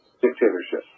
dictatorship